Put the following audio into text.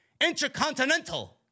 intercontinental